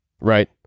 right